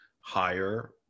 higher